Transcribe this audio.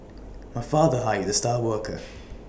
my father hired the star worker